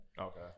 Okay